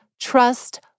Trust